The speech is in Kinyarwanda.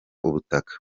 ubutaka